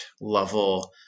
level